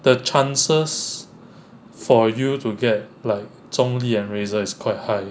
the chances for you to get like zhong li and razor is quite high